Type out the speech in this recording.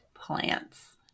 plants